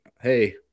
hey